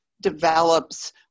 develops